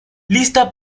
lista